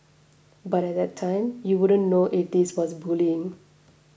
but at that time you wouldn't know if this was bullying